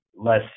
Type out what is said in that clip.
less